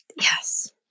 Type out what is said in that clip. Yes